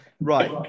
Right